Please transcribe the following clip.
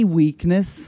weakness